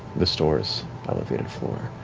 the store's elevated floor.